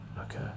okay